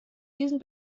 diesen